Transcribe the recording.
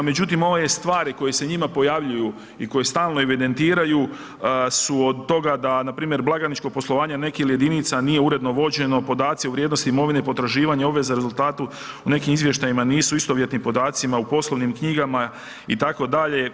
Međutim ove stvari koje se njima pojavljuju i koje stalno evidentiraju su od toga da npr. blagajničko poslovanje nekih jedinica nije uredno vođeno, podaci u vrijednosti imovine i potraživanja obveza rezultatu u nekim izvještajima nisu istovjetni podacima u poslovnim knjigama itd.